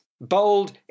bold